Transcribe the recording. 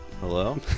Hello